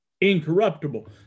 incorruptible